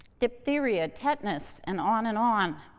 diphtheria, tetanus, and on and on.